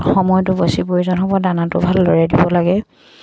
সময়টো বেছি প্ৰয়োজন হ'ব দানাটো ভাল দৰে দিব লাগে